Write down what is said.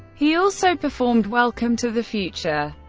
he also performed welcome to the future,